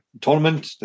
tournament